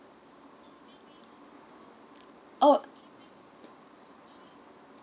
oh